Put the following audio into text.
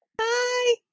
Hi